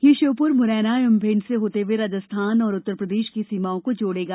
यह श्योपुर मुरैना एवं भिण्ड से होते हुए राजस्थान एवं उत्तरप्रदेश की सीमाओं को जोड़ेगा